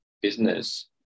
business